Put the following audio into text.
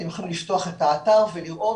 אתם יכולים לפתוח את האתר ולראות.